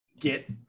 get